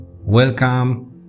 welcome